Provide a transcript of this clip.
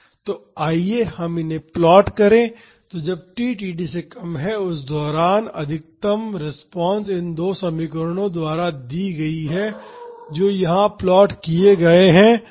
तो आइए हम इन्हें प्लॉट करें तो जब t td से कम है उस दौरान अधिकतम रिस्पांस इन दो समीकरणों द्वारा दी गई है जो यहां प्लॉट किए गए हैं